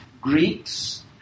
Greeks